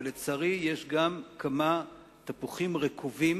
אבל לצערי יש גם כמה תפוחים רקובים